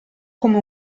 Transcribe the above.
come